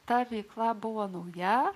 ta veikla buvo nauja